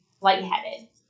lightheaded